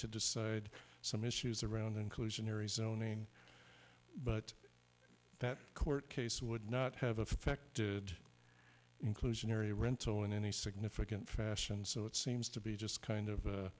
to decide some issues around inclusionary zoning but that court case would not have affected inclusionary rental in any significant fashion so it seems to be just kind